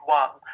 one